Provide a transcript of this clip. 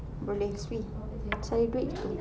boleh swee celebrate a bit